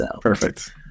Perfect